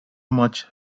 much